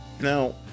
now